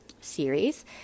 series